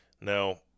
Now